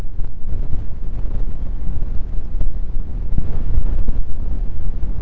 street market साप्ताहिक बाजार के रूप में भी लगते हैं